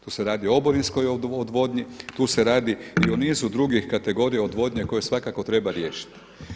Tu se radi o oborinskoj odvodnji, tu se radi i o nizu drugih kategorija odvodnje koje svakako treba riješiti.